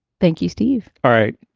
thank you, steve. all right,